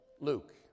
Luke